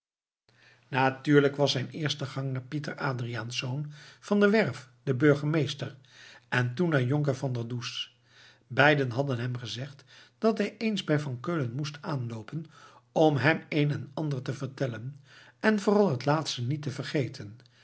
natuurlijk was zijn eerste gang naar pieter adriaensz van der werff den burgemeester en toen naar jonker van der does beiden hadden hem gezegd dat hij eens bij van keulen moest aanloopen om hem een en ander te vertellen en vooral het laatste niet te vergeten